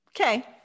Okay